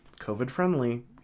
COVID-friendly